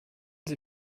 sie